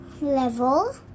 level